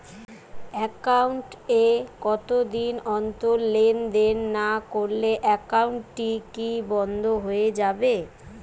Account এ কতদিন অন্তর লেনদেন না করলে একাউন্টটি কি বন্ধ হয়ে যাবে?